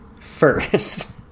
first